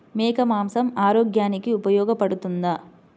మేక మాంసం ఆరోగ్యానికి ఉపయోగపడుతుందా?